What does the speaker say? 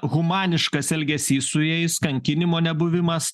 humaniškas elgesys su jais kankinimo nebuvimas